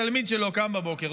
תלמיד שלו קם בבוקר,